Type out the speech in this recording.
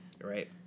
Right